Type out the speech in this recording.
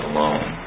Alone